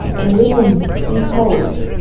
they live in these holes